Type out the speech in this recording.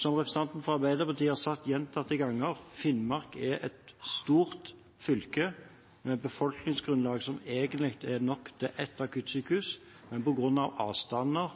Som representanten fra Arbeiderpartiet har sagt gjentatte ganger: Finnmark er et stort fylke med et befolkningsgrunnlag som egentlig er nok til ett akuttsykehus, men på grunn av avstander